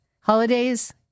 Holidays